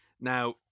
Now